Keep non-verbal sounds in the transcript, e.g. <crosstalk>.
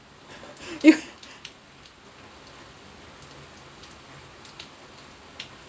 <laughs> if <laughs>